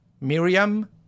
Miriam